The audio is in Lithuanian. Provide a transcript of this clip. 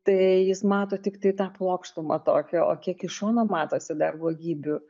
tai jis mato tiktai tą plokštumą tokią o kiek iš šono matosi dar blogybių